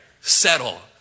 settle